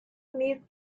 mid